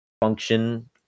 function